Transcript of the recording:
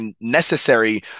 necessary